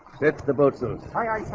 fits the bozos